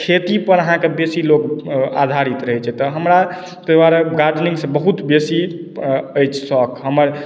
खेतीपर अहाँके बेसी लोक आधारित रहैत छै तऽ हमरा ताहि दुआरे गार्डेनिङ्गसँ बहुत बेसी अछि शौक हमर